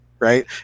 Right